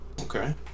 Okay